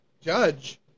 Judge